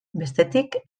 bestetik